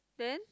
then